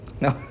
No